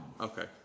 Okay